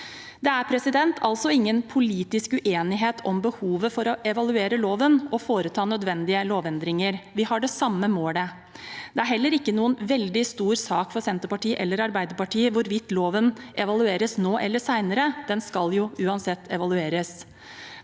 Det er altså ingen politisk uenighet om behovet for å evaluere loven og foreta nødvendige lovendringer – vi har det samme målet. Det er heller ikke noen veldig stor sak for Senterpartiet eller Arbeiderpartiet hvorvidt loven evalueres nå eller senere, den skal jo uansett evalueres.